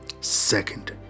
second